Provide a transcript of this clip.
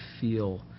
feel